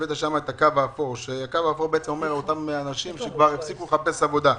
הראית שם את הקו האפור שאומר אותם אנשים שכבר הפסיקו לחפש עבודה.